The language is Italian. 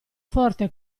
forte